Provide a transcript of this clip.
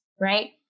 right